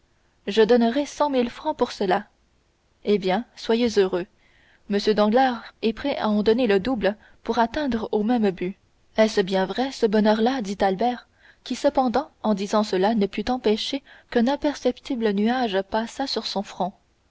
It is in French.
je donnerais cent mille francs pour cela eh bien soyez heureux m danglars est prêt à en donner le double pour atteindre au même but est-ce bien vrai ce bonheur-là dit albert qui cependant en disant cela ne put empêcher qu'un imperceptible nuage passât sur son front